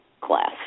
class